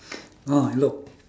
oh hello